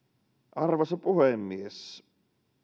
arvoisa puhemies